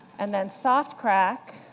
and then soft crack,